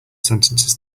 sentences